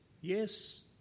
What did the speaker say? yes